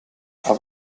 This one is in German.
auf